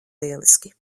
lieliski